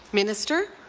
minister.